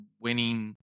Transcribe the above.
winning